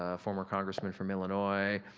ah former congressman from illinois,